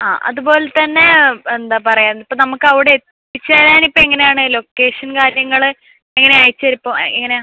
ആ അതുപോലത്തന്നെ എന്താ പറയാ ഇപ്പം നമുക്കവിടെ എത്തിച്ചേരാൻ ഇപ്പം എങ്ങനെയാണ് ലൊക്കേഷൻ കാര്യങ്ങൾ എങ്ങനെയാണ് അയച്ചരൊ ഇപ്പോൾ എങ്ങനാ